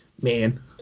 man